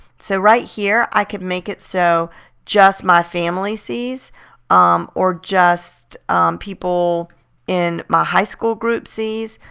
so right here i can make it so just my family sees um or just people in my high school groups sees,